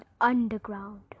underground